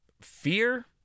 fear